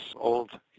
old